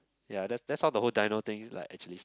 ya that's that's how the whole dino things like actually